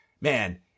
man